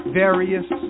various